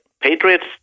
Patriots